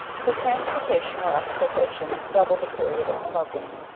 for transportation or exportation, double the period of smoaking.